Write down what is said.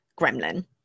gremlin